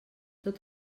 tot